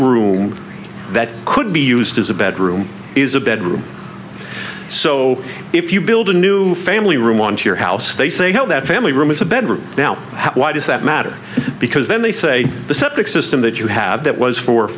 room that could be used as a bedroom is a bedroom so if you build a new family room on to your house they say hell that family room is a bedroom now why does that matter because then they say the septic system that you have that was fo